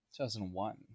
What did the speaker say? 2001